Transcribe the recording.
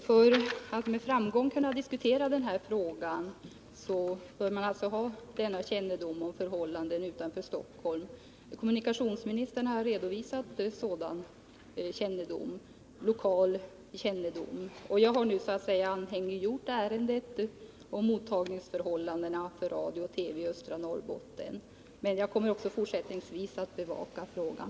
Herr talman! För att med framgång kunna diskutera denna fråga bör man ha kännedom om förhållandena utanför Stockholm. Kommunikationsministern har redovisat sådan lokal kännedom. Jag har nu, så att säga, anhängiggjort ärendet om mottagningsförhållandena för radio och TV i östra Norrbotten. Jag kommer också fortsättningsvis att bevaka frågan.